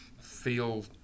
feel